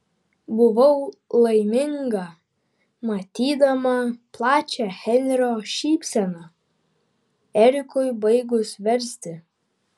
buvau laiminga matydama plačią henrio šypseną erikui baigus versti